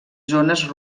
zones